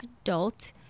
adult